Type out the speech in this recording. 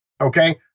Okay